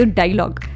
dialogue